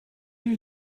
you